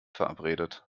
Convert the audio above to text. verabredet